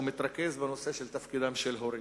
או מתרכז בנושא: תפקיד של הורים.